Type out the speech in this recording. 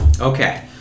okay